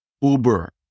Uber